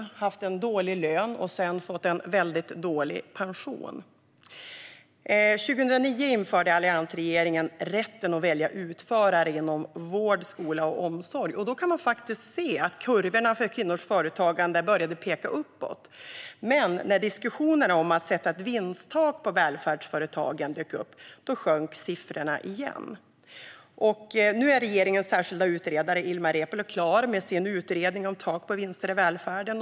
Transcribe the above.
De har haft en dålig lön och sedan fått en väldigt dålig pension. År 2009 införde alliansregeringen rätten att välja utförare inom vård, skola och omsorg. Man kan se att kurvorna för kvinnors företagande började att peka uppåt i samband med detta, men när diskussionerna om att sätta ett vinsttak för välfärdsföretagen dök upp sjönk siffrorna igen. Nu är regeringens särskilda utredare Ilmar Reepalu klar med sin utredning om tak på vinster i välfärden.